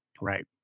right